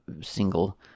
single